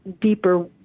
deeper